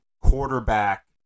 quarterback